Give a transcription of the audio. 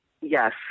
Yes